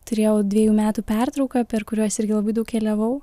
turėjau dvejų metų pertrauką per kuriuos irgi labai daug keliavau